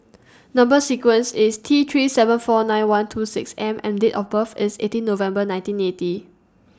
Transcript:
Number sequence IS T three seven four nine one two six M and Date of birth IS eighteen November nineteen eighty